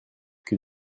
que